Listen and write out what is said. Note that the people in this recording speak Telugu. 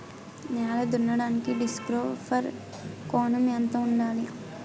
నేల దున్నడానికి డిస్క్ ఫర్రో కోణం ఎంత ఉండాలి?